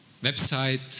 Website